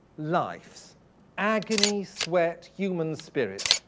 life's agony, sweat, human spirit.